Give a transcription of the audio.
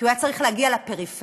כי הוא היה צריך להגיע לפריפריה.